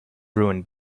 ruined